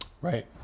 Right